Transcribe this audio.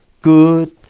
good